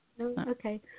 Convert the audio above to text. Okay